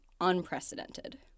unprecedented